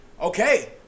Okay